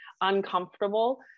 Uncomfortable